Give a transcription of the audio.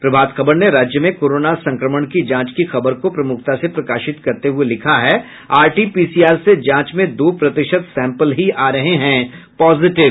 प्रभात खबर ने राज्य में कोरोना संक्रमण की जांच की खबर को प्रमुखता से प्रकाशित करते हुये लिखा है आरटीपीसीआर से जांच में दो प्रतिशत सैंपल ही आ रहे हैं पॉजिटिव